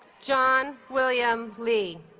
john william lee